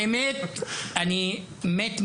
האמת היא שאני מת מנחת.